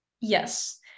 Yes